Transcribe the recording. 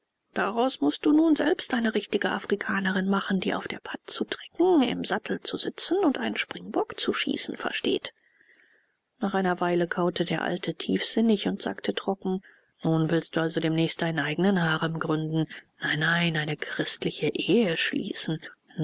daraus mußt du nun selbst eine richtige afrikanerin machen die auf der pad zu trecken im sattel zu sitzen und einen springbock zu schießen versteht nach einer weile kaute der alte tiefsinnig und sagte trocken nun willst du also demnächst deinen eigenen harem gründen nein nein eine christliche ehe schließen